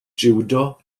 jiwdo